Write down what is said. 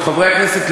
מחברי הכנסת,